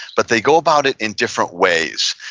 but they go about it in different ways,